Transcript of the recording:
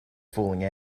falling